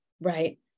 Right